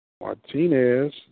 Martinez